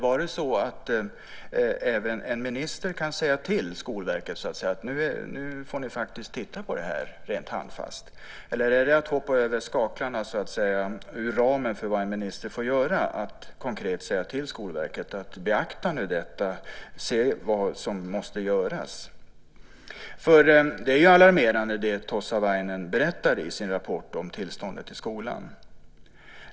Kan även en minister säga till Skolverket att nu får ni faktiskt titta på det här, eller är det att hoppa över skaklarna och ur ramen för vad en minister får göra att konkret säga till Skolverket att beakta detta och se vad som måste göras? Det Tossavainen berättar i sin rapport om tillståndet i skolan är ju alarmerande.